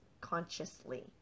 consciously